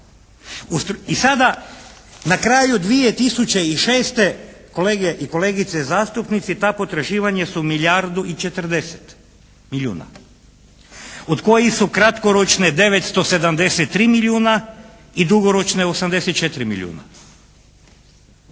I sada na kraju 2006. kolege i kolegice zastupnici, ta potraživanja su milijardu i 40 milijuna, od kojih su kratkoročne 973 milijuna i dugoročne 84 milijuna.